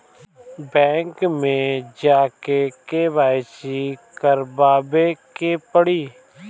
Bank मे जा के के.वाइ.सी करबाबे के पड़ी?